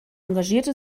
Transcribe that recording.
engagierte